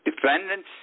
Defendants